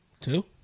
Two